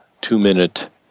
two-minute